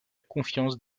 confiance